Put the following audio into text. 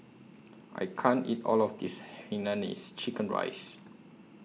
I can't eat All of This Hainanese Chicken Rice